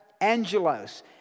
angelos